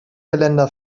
geländer